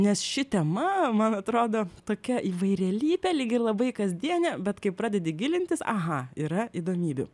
nes ši tema man atrodo tokia įvairialypė lyg ir labai kasdienė bet kai pradedi gilintis aha yra įdomybių